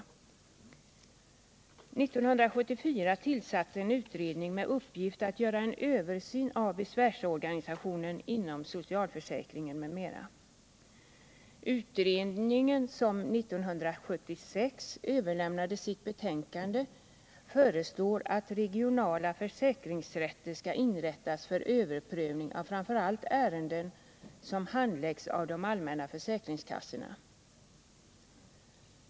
1974 tillsattes en utredning med uppgift att göra en översyn av besvärsorganisationen inom socialförsäkringen m.m. Utredningen, som överlämnade sitt betänkande 1976, föreslår att regionala försäkringsrätter skall inrättas för överprövning av framför allt ärenden som handläggs av de allmänna försäkringskassorna.